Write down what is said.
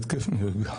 ההתקף נרגע.